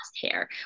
hair